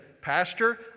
pastor